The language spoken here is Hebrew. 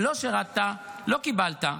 לא שירתָּ לא קיבלת.